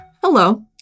Hello